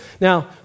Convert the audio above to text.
Now